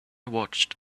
watched